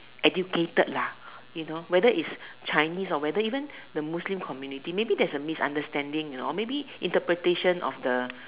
educated lah you know whether is Chinese or whether or even the Muslim community maybe there's a misunderstanding you know maybe interpretation of the